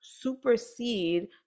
supersede